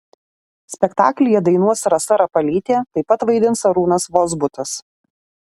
spektaklyje dainuos rasa rapalytė taip pat vaidins arūnas vozbutas